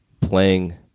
playing